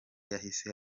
yahise